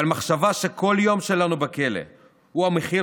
אבל מחשבה שכל יום שלנו בכלא הוא המחיר